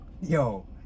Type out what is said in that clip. yo